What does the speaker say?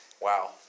Wow